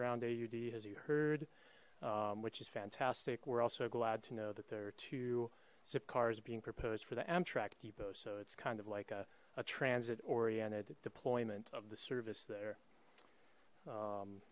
you heard which is fantastic we're also glad to know that there are two zip cars being proposed for the amtrak depot so it's kind of like a transit oriented deployment of the service there